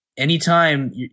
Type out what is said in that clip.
Anytime